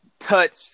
Touch